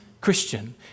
Christian